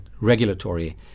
regulatory